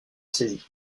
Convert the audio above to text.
saisi